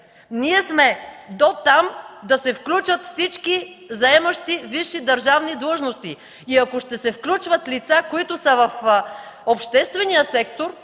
Ние сме дотам – да се включат всички, заемащи висши държавни длъжности, и ако ще се включват лица, които са в обществени сектор,